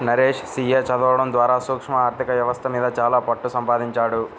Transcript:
Naresh CA చదవడం ద్వారా సూక్ష్మ ఆర్ధిక వ్యవస్థ మీద చాలా పట్టుసంపాదించాడు